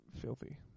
filthy